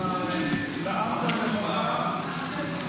אתה נאמת נכוחה,